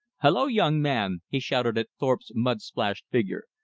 hullo, young man, he shouted at thorpe's mud-splashed figure,